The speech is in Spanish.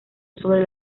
sobre